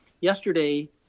yesterday